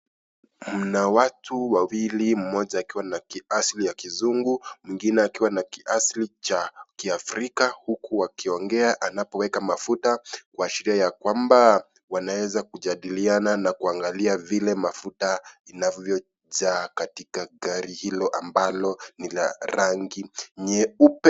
Muna watu wawili mmoja akiwa na kiasli ya kizungu, mwingine akiwa na kiasli cha kiafrika huku wakiongea anapoweka mafuta kuashiria ya kwamba, wanaweza kujadiliana na kuangalia vile mafuta inavyo jaa katika gari hilo ambalo ni la rangi nyeupe.